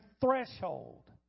threshold